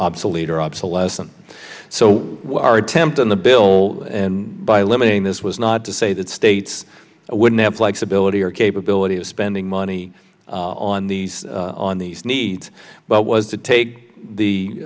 obsolete or obsolescent so our attempt in the bill and by limiting this was not to say that states wouldn't have flexibility or capability of spending money on these on these needs but was to take the